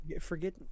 forget